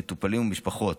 מטופלים ומשפחות,